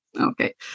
Okay